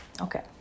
Okay